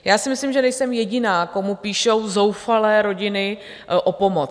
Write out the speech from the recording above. Já si myslím, že nejsem jediná, komu píšou zoufalé rodiny o pomoc.